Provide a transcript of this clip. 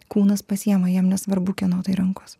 kūnas pasiima jam nesvarbu kieno rankos